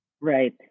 Right